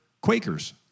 Quakers